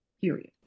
Period